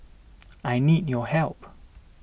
I need your help